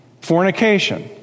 Fornication